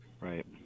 Right